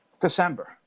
december